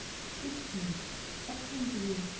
speak to me i conjure you,